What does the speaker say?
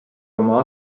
oma